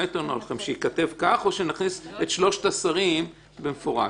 שייכתב כך או שנכניס את שלושת השרים במפורש?